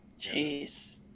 Jeez